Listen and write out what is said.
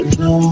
no